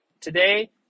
today